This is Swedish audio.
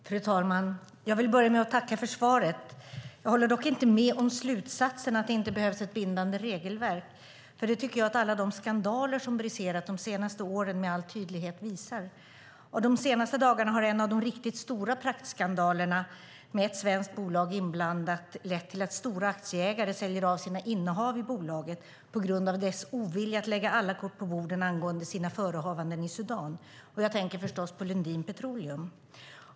Fru talman! Jag vill börja med att tacka för svaret. Jag håller dock inte med om slutsatsen att det inte behövs ett bindande regelverk. Det tycker jag att alla skandaler som har briserat de senaste åren med all tydlighet visar. De senaste dagarna har en av de riktigt stora praktskandalerna med ett svenskt bolag inblandat lett till att stora aktieägare säljer av sina innehav i bolaget på grund av dess ovilja att lägga alla kort på bordet angående sina förehavanden i Sudan. Jag tänker förstås på Lundin Petroleum.